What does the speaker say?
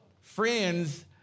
Friends